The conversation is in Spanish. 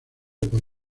por